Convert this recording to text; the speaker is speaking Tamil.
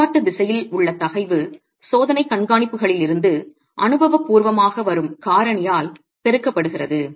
பக்கவாட்டுத் திசையில் உள்ள தகைவு சோதனைக் கண்காணிப்புகளிலிருந்து அனுபவபூர்வமாக வரும் காரணியால் பெருக்கப்படுகிறது